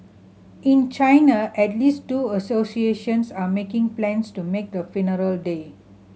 in China at least two associations are making plans to make the funeral day